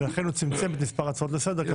ולכן הוא צמצם את מספר ההצעות לסדר.